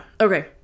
okay